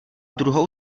druhou